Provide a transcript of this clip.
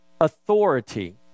authority